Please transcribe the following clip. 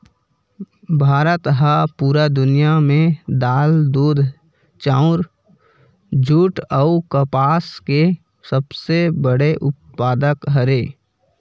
भारत हा पूरा दुनिया में दाल, दूध, चाउर, जुट अउ कपास के सबसे बड़े उत्पादक हरे